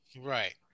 right